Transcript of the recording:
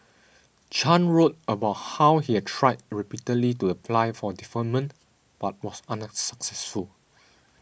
Chan wrote about how he had tried repeatedly to apply for deferment but was unsuccessful